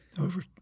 Over